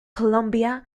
colombia